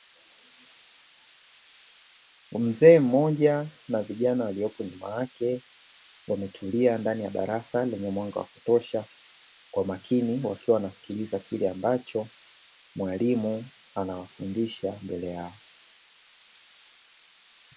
Mzee mmoja na vijana waliyopo nyuma yake wametulia ndani ya darasa lenye mwanga wa kutosha kwa makini wakiwa wanasikiliza kile ambacho mwalimu anawafundisha mbele yao.